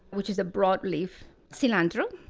which is a broadleaf cilantro,